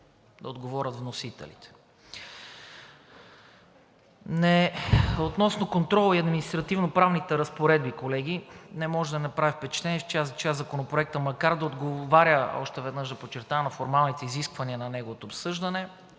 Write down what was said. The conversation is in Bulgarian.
да отговорят вносителите. Относно контрола и административно-правните разпоредби, колеги, не може да не прави впечатление, че Законопроектът макар да отговаря, още веднъж да подчертая на формалните изисквания на неговото обсъждане,